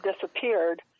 disappeared